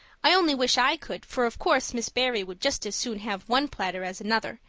i only wish i could, for of course miss barry would just as soon have one platter as another,